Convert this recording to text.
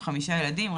עם חמישה ילדים,